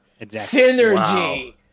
Synergy